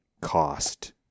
cost